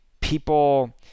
people